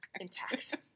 Intact